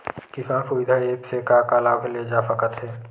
किसान सुविधा एप्प से का का लाभ ले जा सकत हे?